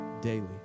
daily